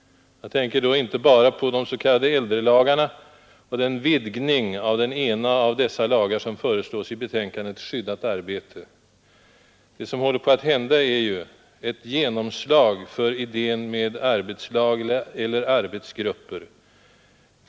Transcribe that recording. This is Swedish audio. Jag tänker då inte bara på de s.k. äldrelagarna och den vidgning av den ena av dessa lagar som föreslås i betänkandet Skyddat arbete. Det som håller på att hända är ju ett genomslag för idén med arbetslag eller arbetsgrupper.